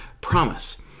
promise